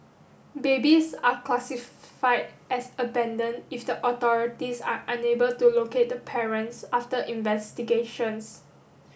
babies are classified as abandoned if the authorities are unable to locate the parents after investigations